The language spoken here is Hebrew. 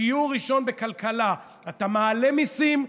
שיעור ראשון בכלכלה: אתה מעלה מיסים,